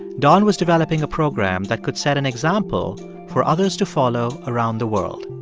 don was developing a program that could set an example for others to follow around the world.